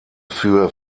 für